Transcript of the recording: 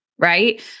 Right